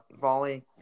volley